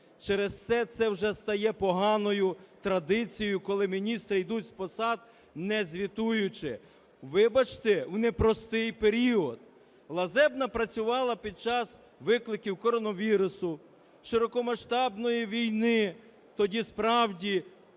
Через це це вже стає поганою традицією, коли міністри йдуть з посад, не звітуючи, вибачте, в непростий період. Лазебна працювала під час викликів коронавірусу, широкомасштабної війни. Тоді справді